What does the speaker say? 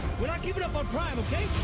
won't give it up on prime, okay?